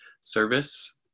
service